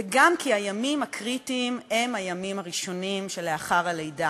וגם כי הימים הקריטיים הם הימים הראשונים שלאחר הלידה,